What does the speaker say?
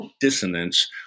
dissonance